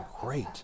great